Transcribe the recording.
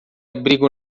abrigo